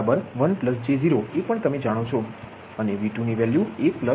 V30 બરાબર 1j0 એ પણ તમે જાણો છો અને V2 ની વેલ્યુ 1j0 છે